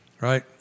right